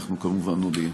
אנחנו כמובן נודיע.